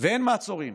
ואין מעצורים.